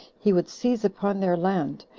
he would seize upon their land,